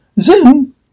Zoom